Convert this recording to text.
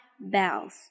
bells